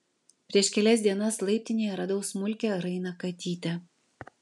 prieš kelias dienas laiptinėje radau smulkią rainą katytę